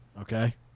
Okay